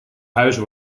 huizen